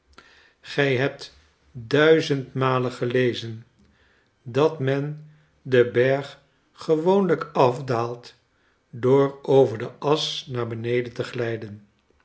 g-ij hebt duizend malen gelezen dat men den berg gewoonlijk afdaalt door over de asch naar beneden te glijden